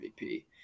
MVP